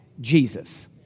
Jesus